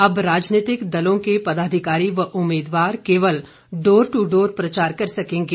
अब राजनीतिक दलों के पदाधिकारी व उम्मीदवार केवल डोर टू डोर प्रचार कर सकेंगे